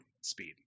speed